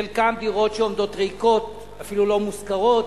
חלקן דירות שעומדות ריקות, אפילו לא מושכרות.